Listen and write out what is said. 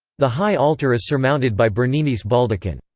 the high altar is surmounted by bernini's baldachin.